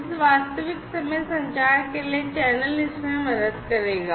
इस वास्तविक समय संचार के लिए चैनल इसमें मदद करेगा